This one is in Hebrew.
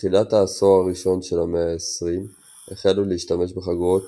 בתחילת העשור הראשון של המאה ה-20 החלו להשתמש בחגורות